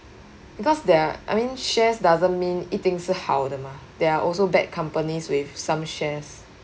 because there are I mean shares doesn't mean 一定是好的 mah there are also bad companies with some shares